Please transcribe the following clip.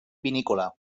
vinícola